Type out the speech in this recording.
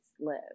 live